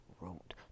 wrote